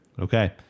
Okay